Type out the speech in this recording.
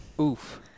Oof